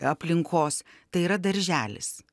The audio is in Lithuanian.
aplinkos tai yra darželis